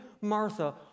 Martha